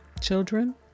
children